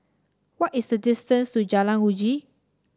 what is the distance to Jalan Uji